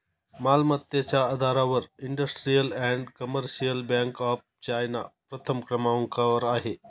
मालमत्तेच्या आधारावर industrial and commercial bank of China प्रथम क्रमांकावर आहे